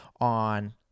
on